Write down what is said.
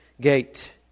gate